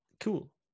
cool